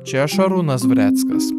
čia šarūnas dvareckas